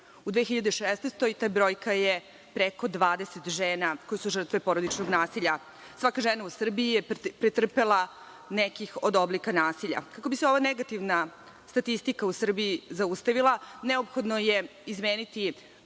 godini ta brojka je preko 20 žena koje su žrtve porodičnog nasilja. Svaka žena u Srbiji je pretrpela neki od oblika nasilja. Kako bi se ova negativna statistika u Srbiji zaustavila, neophodno je izmeniti